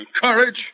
Courage